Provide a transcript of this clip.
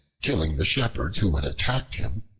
killing the shepherds who had attacked him,